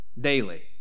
daily